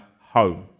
home